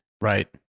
Right